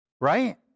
right